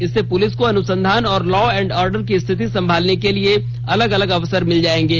इससे पुलिस को अनुसंधान और लॉ एण्ड ऑर्डर की स्थिति संभालने के लिए अलग अलग अवसर मिल जाएंगे